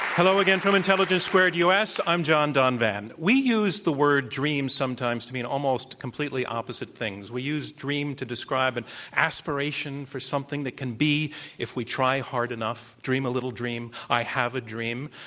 hello again from intelligence squared u. s. i'm john donvan. we use the word dream sometimes to mean almost completely opposite things. we use dream to describe an aspiration for something that can be if we try hard enough, dream a little dream, i have a dream.